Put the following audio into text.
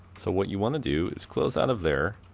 so what you want to do is close out of there,